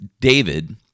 David